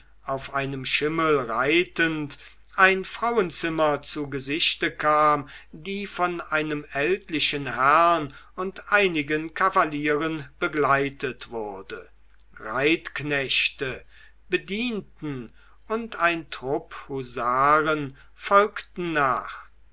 auf einem schimmel reitend ein frauenzimmer zu gesichte kam die von einem ältlichen herrn und einigen kavalieren begleitet wurde reitknechte bedienten und ein trupp husaren folgten nach